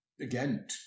Again